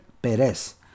Pérez